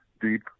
deep